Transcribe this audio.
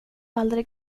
aldrig